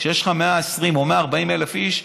כשיש 120,000 או 140,000 איש,